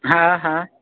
हा हा